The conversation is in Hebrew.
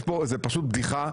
זה פשוט בדיחה.